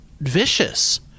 vicious